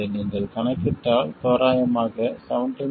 இதை நீங்கள் கணக்கிட்டால் தோராயமாக 17